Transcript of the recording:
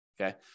Okay